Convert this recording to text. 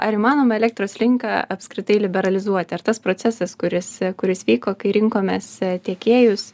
ar įmanoma elektros rinką apskritai liberalizuoti ar tas procesas kuris kuris vyko kai rinkomės tiekėjus